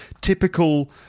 Typical